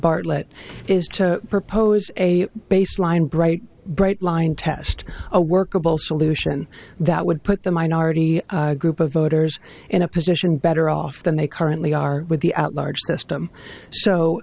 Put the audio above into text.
bartlett is to propose a baseline bright bright line test a workable solution that would put the minority group of voters in a position better off than they currently are with the out large system so